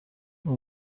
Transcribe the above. know